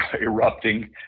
erupting